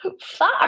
fuck